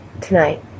tonight